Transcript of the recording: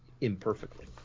imperfectly